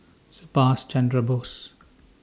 Subhas Chandra Bose